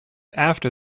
after